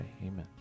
Amen